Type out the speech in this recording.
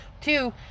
Two